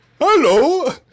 Hello